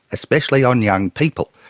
especially on young people.